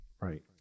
right